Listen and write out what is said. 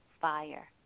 fire